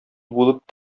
булып